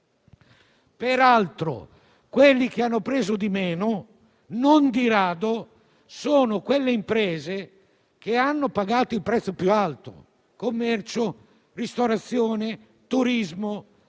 Peraltro, quelli che hanno preso di meno non di rado sono quelle imprese che hanno pagato il prezzo più alto: commercio, ristorazione, turismo,